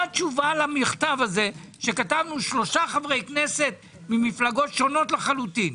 מה התשובה למכתב הזה שכתבנו שלושה חברי כנסת ממפלגות שונות לחלוטין?